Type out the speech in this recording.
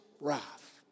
wrath